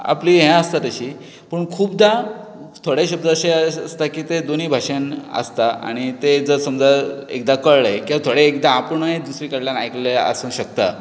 आपली हें आसता तशी पूण खुबदां थोडे शब्द अशें आसता की ते दोनूय भाशेन आसता आनी ते जर समजा एकदां कळ्ळे कित्याक थोडे आपुणूय दुसरे कडल्यान आयकले आसूंक शकता